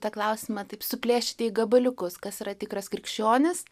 tą klausimą taip suplėšyti į gabaliukus kas yra tikras krikščionis